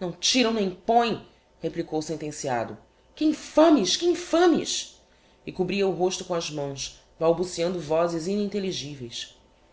não tiram nem põem replicou o sentenciado oh que infames que infames e cobria o rosto com as mãos balbuciando vozes